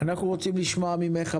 אנחנו רוצים לשמוע ממך,